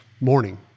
Morning